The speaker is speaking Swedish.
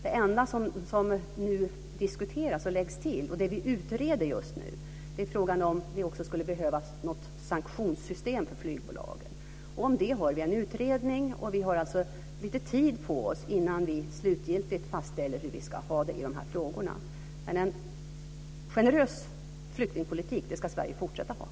Det enda som nu diskuteras och läggs till, och det vi utreder just nu, är frågan om det också skulle behövas något sanktionssystem för flygbolagen. Om det har vi en utredning, och vi har alltså lite tid på oss innan vi slutgiltigt fastställer hur vi ska ha det i de här frågorna. Men Sverige ska fortsätta att ha en generös flyktingpolitik.